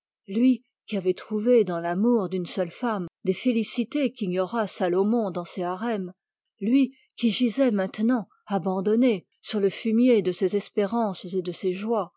lui qui avait trouvé dans l'amour d'une seule femme des félicités qu'ignora salomon dans ses harems lui qui gisait maintenant abandonné sur le fumier de ses espérances et de ses joies